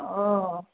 औ